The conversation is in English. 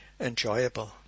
Enjoyable